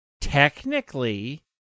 technically